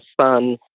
son